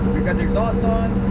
and exhaust on